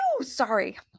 Sorry